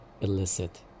illicit